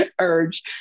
urge